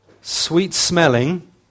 sweet-smelling